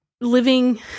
living